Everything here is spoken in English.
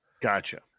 Gotcha